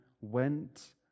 went